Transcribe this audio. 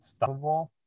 stoppable